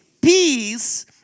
Peace